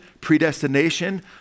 predestination